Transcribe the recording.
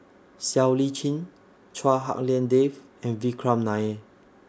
Siow Lee Chin Chua Hak Lien Dave and Vikram Nair